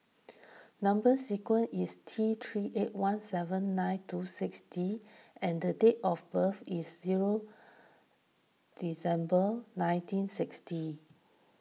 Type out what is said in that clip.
Number Sequence is T three eight one seven nine two six D and the date of birth is zero December nineteen sixty